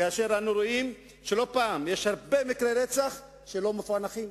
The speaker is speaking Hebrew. כאשר אנו רואים שלא פעם יש הרבה מקרי רצח שלא מפוענחים,